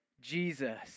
Jesus